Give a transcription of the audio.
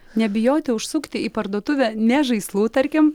nebijoti užsukti į parduotuvę ne žaislų tarkim